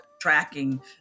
tracking